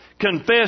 Confess